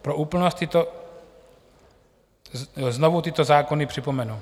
Pro úplnost znovu tyto zákony připomenu.